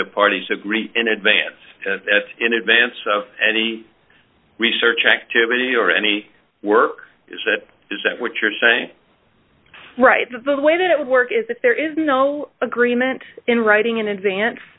the parties agree in advance in advance of any research activity or any work is that is that what you're saying right with the way it would work is if there is no agreement in writing in advance